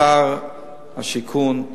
שר השיכון,